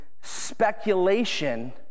speculation